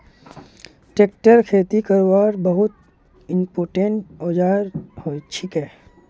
tractor खेती करवार बहुत इंपोर्टेंट औजार छिके